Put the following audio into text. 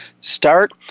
start